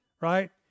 Right